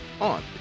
on